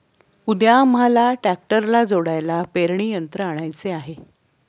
उद्या आम्हाला ट्रॅक्टरला जोडायला पेरणी यंत्र आणायचे आहे